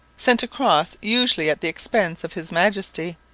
sent across usually at the expense of his majesty.